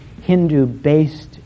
Hindu-based